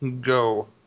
go